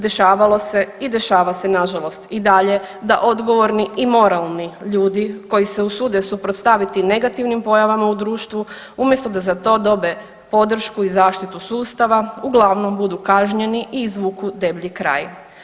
Dešavalo se i dešava se na žalost i dalje da odgovorni i moralni ljudi koji se usude suprotstaviti negativnim pojavama u društvu, umjesto da za to dobe podršku i zaštitu sustava uglavnom budu kažnjeni i izvuku deblji kraj.